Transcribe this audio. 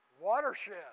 Watershed